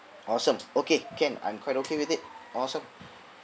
awesome okay can I'm quite okay with it awesome